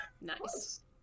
Nice